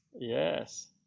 Yes